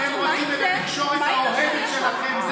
אתם רוצים את התקשורת האוהדת שלכם.